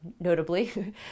Notably